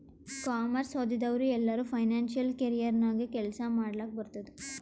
commerce ಓದಿದವ್ರು ಎಲ್ಲರೂ financial career ನಾಗೆ ಕೆಲ್ಸಾ ಮಾಡ್ಲಕ್ ಬರ್ತುದ್